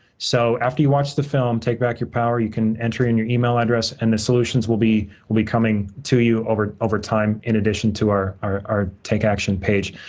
so, after you watch the film, take back your power, you can enter in your email address, and the solutions will be will be coming to you over over time, in addition to our our take action page.